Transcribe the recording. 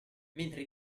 mentre